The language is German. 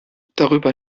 darüber